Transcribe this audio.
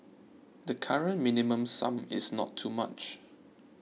the current Minimum Sum is not too much